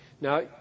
Now